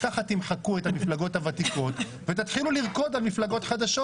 ככה תמחקו את המפלגות הוותיקות ותתחילו לרקוד על מפלגות חדשות.